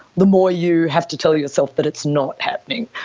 the more you have to tell yourself that it's not happening.